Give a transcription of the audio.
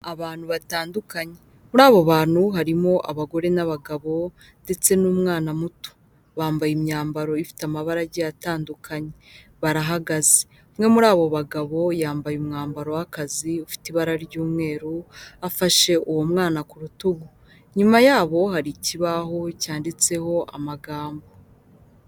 Abantu batandukanye muri abo bantu harimo abagore n'abagabo ndetse n'umwana muto, bambaye imyambaro ifite amabara agiye atandukanye ,barahagaze, umwe muri abo bagabo yambaye umwambaro w'akazi ufite ibara ry'umweru afashe uwo mwana ku rutugu, inyuma yaho hari ikibaho cyanditseho amagambo.